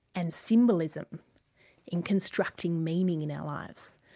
and symbolism in constructing meaning in our lives.